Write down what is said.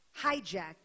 hijacked